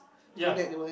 ya